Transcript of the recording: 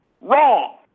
wrong